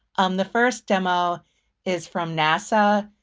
um the first demo is from nasa.